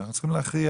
יש להכריע